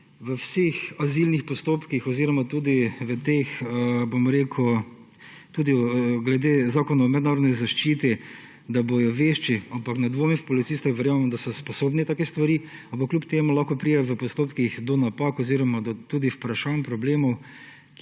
v vseh azilnih postopkih oziroma tudi v teh – tudi glede Zakona o mednarodni zaščiti, da bodo vešči. Ampak ne dvomim v policiste, verjamem, da so sposobni takih stvari, ampak kljub temu lahko pride v postopkih do napak oziroma do tudi vprašanj, problemov,